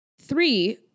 three